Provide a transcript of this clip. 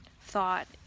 thought